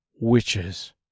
witches